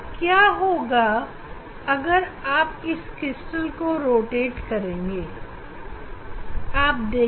अगर आप इस क्रिस्टल को रोटेट करेंगे तो क्या होगा